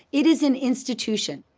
it is an institution.